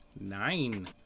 nine